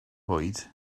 bwyd